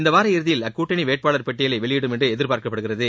இந்தவார இறுதியில் அக்கூட்டணி வேட்பாளர் பட்டியலை வெளியிடும் என எதிர்பார்க்கப்படுகிறது